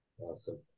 Awesome